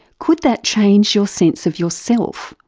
could that change your sense of your self,